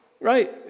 right